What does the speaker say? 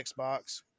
xbox